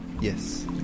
Yes